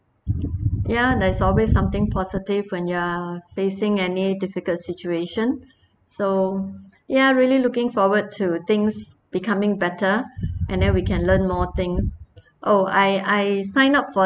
ya there's always something positive when you are facing any difficult situation so ya really looking forward to things becoming better and then we can learn more things oh I I sign up for